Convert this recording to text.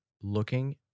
looking